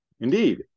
Indeed